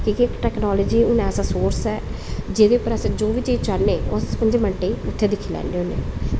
कि केह् टैक्नालज़ी हून ऐसा सोर्स ऐ जेह्दे पर अस जो बी चीज चाह्ने अस पंजे मिंटें च उत्थै दिक्खी लैन्ने होन्ने